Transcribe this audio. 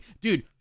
Dude